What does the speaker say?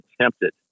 tempted